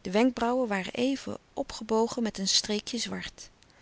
de wenkbrauwen waren even opgebogen met een streekje zwart